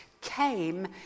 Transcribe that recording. came